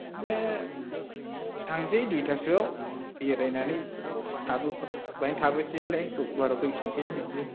बिदिनो थांसै दुइथासोयाव बेरायनानै बेहाय थाबोनोसैलाय रबिबाराव फैफिननोसै बिदि